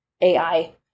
AI